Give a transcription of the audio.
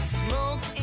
smoke